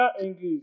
English